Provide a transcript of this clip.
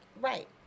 Right